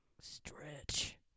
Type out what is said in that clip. stretch